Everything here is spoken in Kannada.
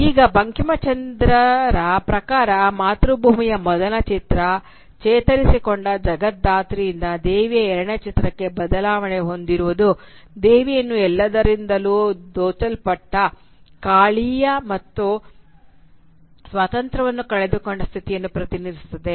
ಈಗ ಬಂಕಿಂಚಂದ್ರರ ಪ್ರಕಾರ ಮಾತೃಭೂಮಿಯ ಮೊದಲ ಚಿತ್ರ ಚೇತರಿಸಿಕೊಂಡ ಜಗತ್ ಧಾತ್ರಿಯಿಂದ ದೇವಿಯ ಎರಡನೆಯ ಚಿತ್ರಕ್ಕೆ ಬದಲಾವಣೆ ಹೊಂದಿರುವುದು ದೇವಿಯನ್ನು ಎಲ್ಲದರಿಂದಲೂ ದೋಚಲಪಟ್ಟ ಕಾಳಿಯ ಮತ್ತು ಸ್ವಾತಂತ್ರ್ಯವನ್ನು ಕಳೆದುಕೊಂಡು ಸ್ಥಿತಿಯನ್ನು ಪ್ರತಿನಿಧಿಸುತ್ತದೆ